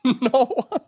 No